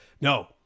No